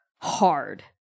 hard